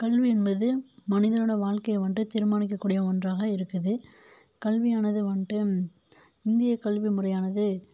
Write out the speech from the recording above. கல்வி என்பது மனிதனோடய வாழ்க்கைய வந்ட்டு தீர்மானிக்கக் கூடிய ஒன்றாக இருக்குது கல்வியானது வந்ட்டு இந்தியக் கல்வி முறையானது